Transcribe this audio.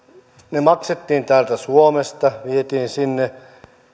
ne maksettiin täältä suomesta vietiin sinne